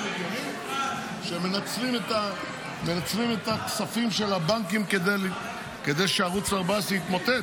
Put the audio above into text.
--- הם מנצלים את הכספים של הבנקים כדי שערוץ 14 יתמוטט?